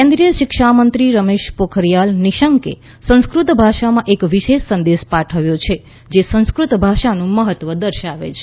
કેન્દ્રિસ શિક્ષા મંત્રી રમેશ પોખરિયાલ નિશંકે સંસ્કૃત ભાષામાં એક વિશેષ સંદેશ પાઠવ્યો છે જે સંસ્કૃત ભાષાનું મહત્વ દર્શાવે છે